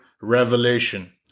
revelation